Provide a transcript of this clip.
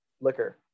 liquor